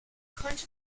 konnte